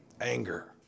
anger